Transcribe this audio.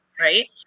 right